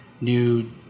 new